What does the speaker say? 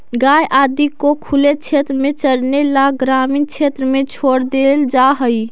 गाय आदि को खुले क्षेत्र में चरने ला ग्रामीण क्षेत्र में छोड़ देल जा हई